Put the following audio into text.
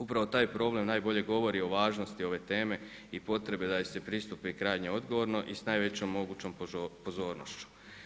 Upravo taj problem najbolje govori o važnosti ove teme i potrebe da joj se pristupi krajnje odgovorno i s najvećom mogućom pozornošću.